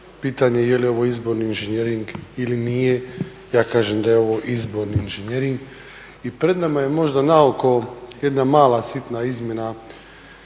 pitanje je li ovo izborni inženjering ili nije, ja kažem da je ovo izborni inženjering i pred nama je možda naoko jedna mala sitna izmjena